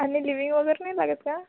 आणि लिविंग वगैरे नाही लागत का